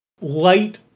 light